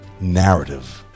narrative